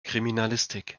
kriminalistik